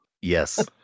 Yes